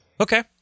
Okay